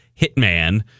hitman